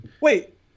Wait